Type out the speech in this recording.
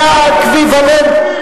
זה האקוויוולנט,